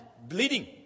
bleeding